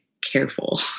careful